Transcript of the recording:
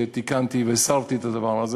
שתיקנתי והסרתי את הדבר הזה.